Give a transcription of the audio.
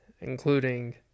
Including